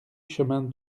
chemin